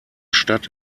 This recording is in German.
stadt